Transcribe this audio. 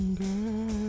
girl